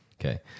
Okay